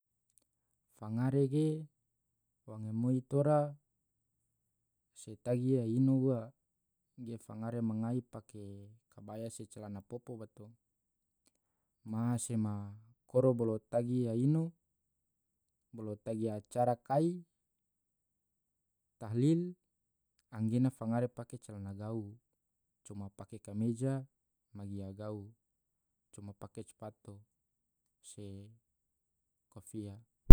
fangare ge wangemoi tora se tagi iya ino ua ge fangare mangai pake kabaya se calana popo bato, maha sema koro bolo tagi iya ino bolo tagi acara kai. tahlil anggena fangare pake calana gau coma pake kameja ma gia gau coma copato se kofia.